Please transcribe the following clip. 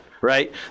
Right